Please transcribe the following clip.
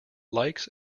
likes